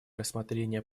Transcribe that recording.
рассмотрение